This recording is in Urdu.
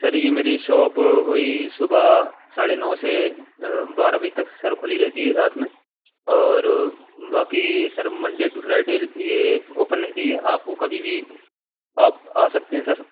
سر یہ میری شاپ وہی صبح ساڑھے نو سے بارہ بجے تک سر کھلی رہتی ہے رات میں اور باقی سر منڈے ٹو فرائیڈے یہ اوپن رہتی ہے آپ کو کبھی بھی آپ آ سکتے ہیں سر